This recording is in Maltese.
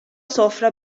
sofra